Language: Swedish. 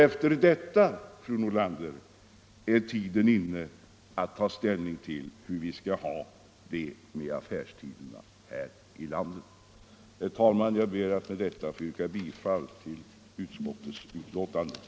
Efter detta, fru Nordlander, är tiden inne att ta ställning till hur vi skall ha det med affärstiderna här i landet. Herr talman! Jag ber att få yrka bifall till utskottets hemställan.